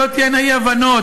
שלא תהיינה אי-הבנות,